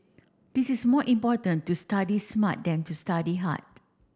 this is more important to study smart than to study hard